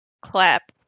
clap